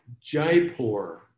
Jaipur